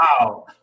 wow